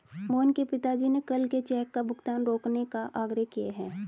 मोहन के पिताजी ने कल के चेक का भुगतान रोकने का आग्रह किए हैं